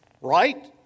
Right